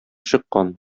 чыккан